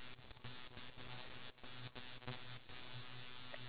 you know we have to do something in order to get like